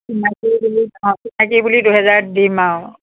চিনাকি বুলি অঁ চিনাকি বুলি দুহেজাৰত দিম আৰু